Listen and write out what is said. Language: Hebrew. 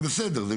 היא בסדר.